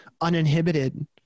uninhibited